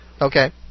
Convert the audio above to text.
Okay